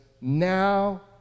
now